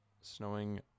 snowing